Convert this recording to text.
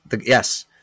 Yes